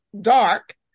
dark